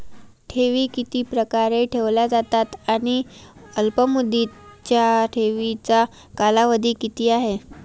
ठेवी किती प्रकारे ठेवल्या जातात आणि अल्पमुदतीच्या ठेवीचा कालावधी किती आहे?